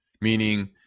meaning